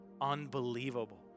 unbelievable